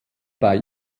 bei